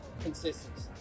Consistency